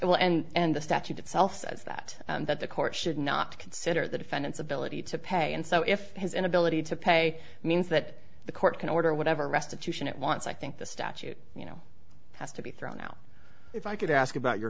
will and the statute itself says that that the court should not consider the defendant's ability to pay and so if his inability to pay means that the court can order whatever restitution it wants i think the statute you know has to be thrown out if i could ask about your